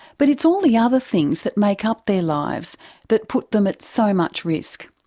but it's all the other things that make up their lives that put them at so much risk.